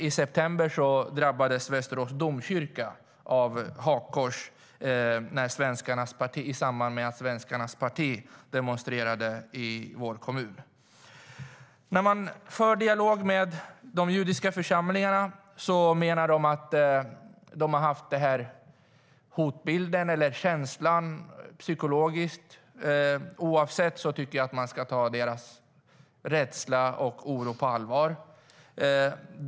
I september drabbades Västerås domkyrka av hakkors i samband med att Svenskarnas parti demonstrerade i vår kommun.De judiska församlingarna menar att de har känt av hotbilden psykologiskt. Jag tycker att man ska ta deras rädsla och oro på allvar.